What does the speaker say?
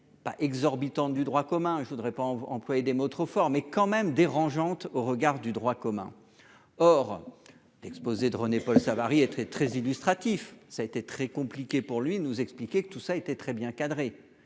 pas exorbitant du droit commun et je voudrais pas employer des mots trop forts, mais quand même dérangeante au regard du droit commun, or d'exposer de René-Paul Savary est très très illustratif, ça a été très compliqué pour lui, nous expliquer que tout ça était très bien cadré